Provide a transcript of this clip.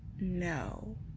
no